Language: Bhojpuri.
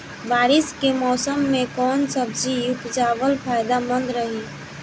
बारिश के मौषम मे कौन सब्जी उपजावल फायदेमंद रही?